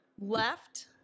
left